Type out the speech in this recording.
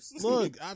Look